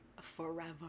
forever